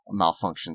malfunctions